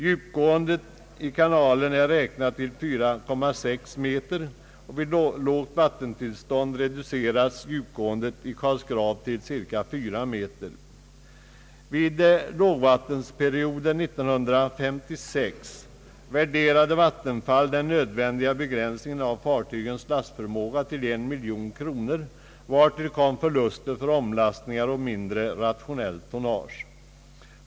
Djupgåendet i kanalen är beräknat till 4,6 meter. Vid lågt vattenstånd reduceras det i Karlsgrav till cirka 4 meter. Vid lågvattenperioden år 1956 värderade Vattenfall förlusterna för den nödvändiga begränsningen av fartygens lastförmåga till en miljon kronor, vartill kom förlusten för omlastningar och mindre rationellt tonnage.